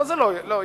אבל זה לא יקרה.